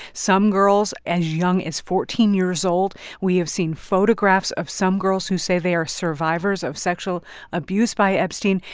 some girls as young as fourteen years old. we have seen photographs of some girls who say they are survivors of sexual abuse by epstein.